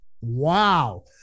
Wow